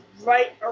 right